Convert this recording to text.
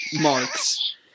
Marks